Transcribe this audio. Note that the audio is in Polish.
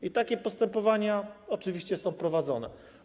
I takie postępowania oczywiście są prowadzone.